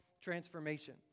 Transformation